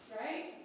right